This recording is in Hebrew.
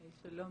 שלום,